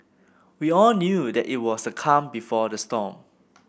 we all knew that it was the calm before the storm